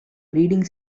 breeding